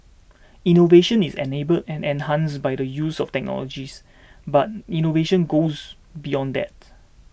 innovation is enabled and enhanced by the use of technologies but innovation goes beyond that